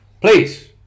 please